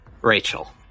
Rachel